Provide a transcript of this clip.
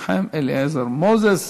אליעזר מנחם מוזס,